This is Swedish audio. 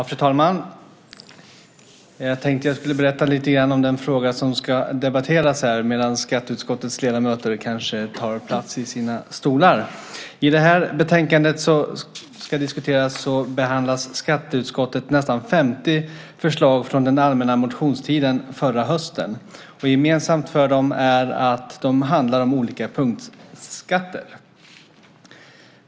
Fru talman! Jag tänkte att jag, medan skatteutskottets ledamöter kanske tar plats i sina stolar, skulle berätta lite grann om den fråga som ska debatteras här. I det betänkande som ska diskuteras behandlar skatteutskottet nästan 50 förslag från den allmänna motionstiden förra hösten, och gemensamt för dem är att de handlar om olika punktskatter.